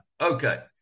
Okay